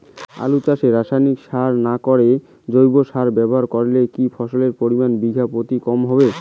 আলু চাষে রাসায়নিক সার না করে জৈব সার ব্যবহার করলে কি ফলনের পরিমান বিঘা প্রতি কম হবে?